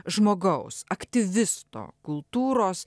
žmogaus aktyvisto kultūros